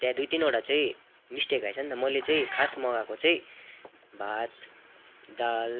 त्यहाँ दुई तिनवटा चाहिँ मिस्टेक आएछ नि त मैले चाहिँ खास मगाएको चाहिँ भात दाल